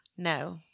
No